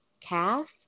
calf